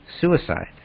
suicide